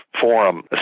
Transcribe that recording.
forum